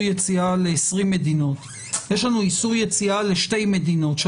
יציאה ל-20 מדינות יש לנו איסור יציאה לשתי מדינות,